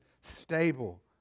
stable